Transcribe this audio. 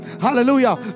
hallelujah